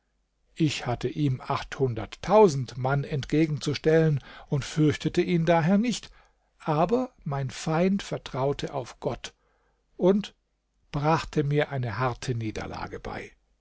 ich hatte ihm achthunderttausend mann entgegen zu stellen und fürchtete ihn daher nicht aber mein feind vertraute auf gott und brachte mir eine harte niederlage bei